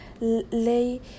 lay